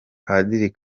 padiri